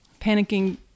panicking